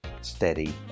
steady